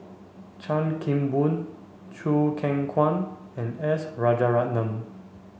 Chan Kim Boon Choo Keng Kwang and S Rajaratnam